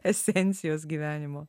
esencijos gyvenimo